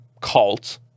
cult